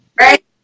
right